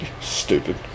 Stupid